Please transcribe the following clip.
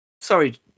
sorry